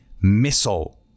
missile